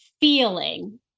feeling